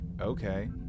okay